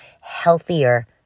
healthier